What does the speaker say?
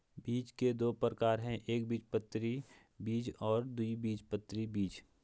बीज के दो प्रकार है एकबीजपत्री बीज और द्विबीजपत्री बीज